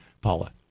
Paula